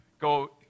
go